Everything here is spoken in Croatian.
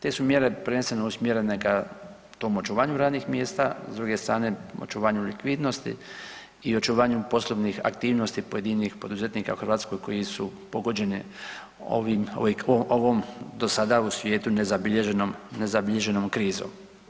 Te su mjere prvenstveno usmjerene ka tom očuvanju radnih mjesta, s druge strane očuvanju likvidnosti i očuvanju poslovnih aktivnosti pojedinih poduzetnika u Hrvatskoj koji su pogođeni ovom do sada u svijetu nezabilježenom krizom.